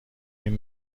این